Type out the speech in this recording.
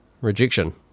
Rejection